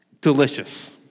delicious